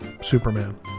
Superman